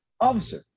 Officer